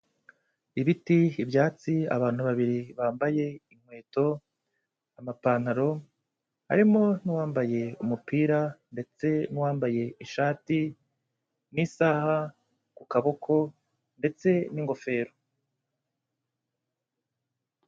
Ibiti, ibyatsi, abantu babiri bambaye inkweto, amapantaro, harimo n'uwambaye umupira ndetse n'uwambaye ishati n'isaha ku kaboko ndetse n'ingofero.